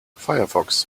firefox